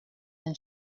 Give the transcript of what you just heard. than